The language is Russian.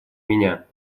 меня